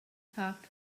parked